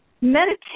Meditation